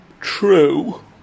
True